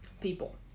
people